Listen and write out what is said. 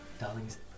Darlings